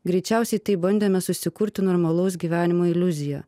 greičiausiai taip bandėme susikurti normalaus gyvenimo iliuziją